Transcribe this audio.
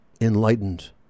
enlightened